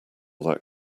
that